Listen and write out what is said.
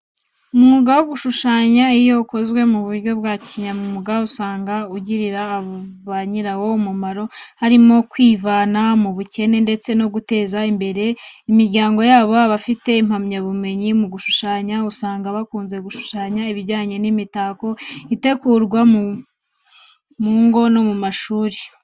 Umwuga wo gushushanya iyo ukozwe mu buryo bwa kinyamwuga, usanga ugirira ba nyirawo umumaro, harimo kwivana mu bukene ndetse no guteza imbere imiryango yabo. Abafite impamyabumenyi mu gushushanya, usanga bakunze gushushanya ibijyanye n'imitako itegurwa mu ngo no mu mashuri.